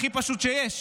הכי פשוט שיש.